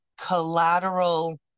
collateral